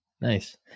nice